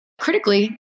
critically